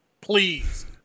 Please